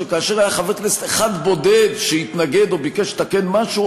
שכאשר היה חבר כנסת אחד בודד שהתנגד או ביקש לתקן משהו,